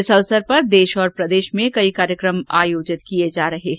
इस अवसर पर देश और प्रदेश में कई कार्यक्रम आयोजित किये जा रहे हैं